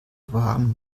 waren